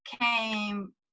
came